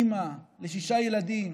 אימא לשישה ילדים,